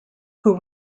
who